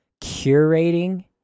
curating